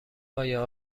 آیا